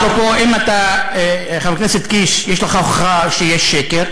אפרופו, חבר הכנסת קיש, יש לך הוכחה שיש שקר?